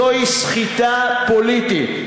זוהי סחיטה פוליטית.